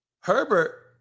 Herbert